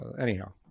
Anyhow